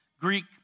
Greek